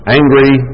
angry